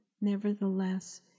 Nevertheless